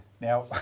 Now